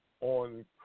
On